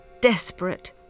desperate